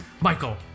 Michael